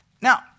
Now